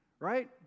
right